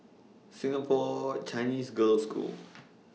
Singapore Chinese Girls' School